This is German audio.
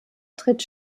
tritt